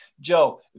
joe